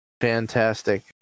fantastic